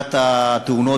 בסוגיית תאונות